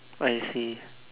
what is he